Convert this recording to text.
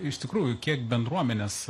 iš tikrųjų kiek bendruomenės